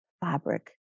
fabric